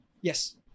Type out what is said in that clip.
Yes